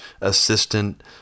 assistant